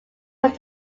were